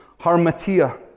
harmatia